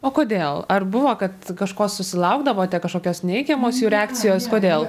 o kodėl ar buvo kad kažko susilaukdavote kažkokios neigiamos jų reakcijos kodėl